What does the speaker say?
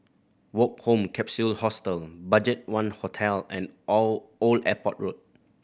Woke Home Capsule Hostel BudgetOne Hotel and Old Airport Road